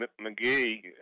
McGee